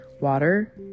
water